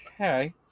Okay